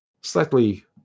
slightly